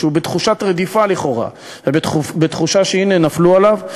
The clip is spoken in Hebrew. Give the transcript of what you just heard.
שהוא בתחושת רדיפה לכאורה ובתחושה שהנה נפלו עליו,